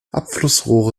abflussrohre